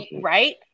Right